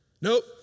Nope